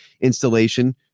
installation